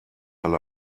alle